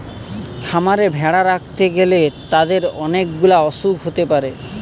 খামারে ভেড়া রাখতে গ্যালে তাদের অনেক গুলা অসুখ হতে পারে